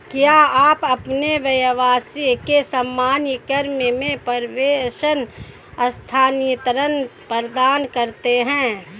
क्या आप अपने व्यवसाय के सामान्य क्रम में प्रेषण स्थानान्तरण प्रदान करते हैं?